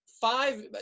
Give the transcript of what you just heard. Five